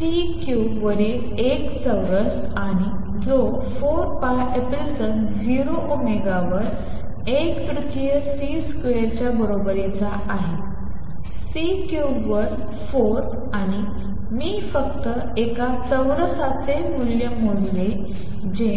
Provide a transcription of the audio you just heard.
C cubed वरील एक चौरस आणि जो 4 pi epsilon 0 ओमेगा वर 1 तृतीय C स्क्वेअर च्या बरोबरीचा आहे C Cube वर 4 आणि मी फक्त एका चौरसाचे मूल्य मोजले जे